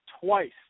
twice